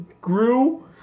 grew